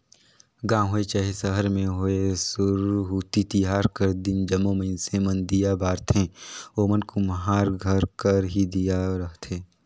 गाँव होए चहे सहर में होए सुरहुती तिहार कर दिन जम्मो मइनसे मन दीया बारथें ओमन कुम्हार घर कर ही दीया रहथें